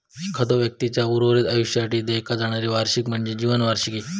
एखाद्यो व्यक्तीचा उर्वरित आयुष्यासाठी देयका देणारी वार्षिकी म्हणजे जीवन वार्षिकी